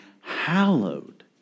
hallowed